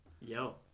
Yo